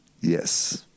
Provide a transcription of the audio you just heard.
Yes